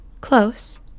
Close